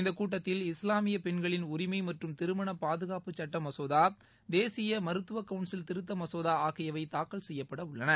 இந்தக் கூட்டத்தில் இஸ்லாமிய பெண்களின் உரிமை மற்றும் திருமண பாதுகாப்பு சுட்ட மசோதா தேசிய மருத்துவ கவுன்சில் திருத்த மசோதா ஆகியவை தாக்கல் செய்யப்பட உள்ளன